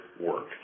work